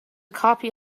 copy